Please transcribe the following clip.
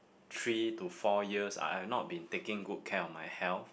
three to four years I have not been taking good care of my health